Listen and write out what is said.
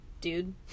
dude